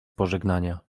pożegnania